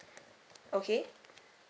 okay